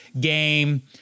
game